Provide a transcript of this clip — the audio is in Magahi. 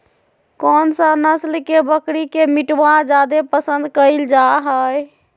कौन सा नस्ल के बकरी के मीटबा जादे पसंद कइल जा हइ?